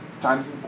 times